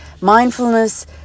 Mindfulness